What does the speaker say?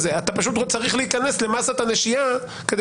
אתה פשוט צריך להיכנס למסת הנשייה כדי